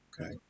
Okay